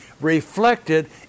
reflected